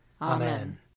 Amen